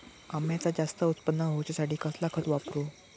अम्याचा जास्त उत्पन्न होवचासाठी कसला खत वापरू?